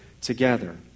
together